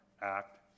act